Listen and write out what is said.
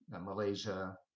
malaysia